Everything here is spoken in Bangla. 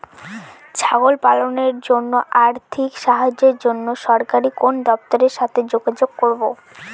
ছাগল পালনের জন্য আর্থিক সাহায্যের জন্য সরকারি কোন দপ্তরের সাথে যোগাযোগ করব?